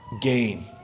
gain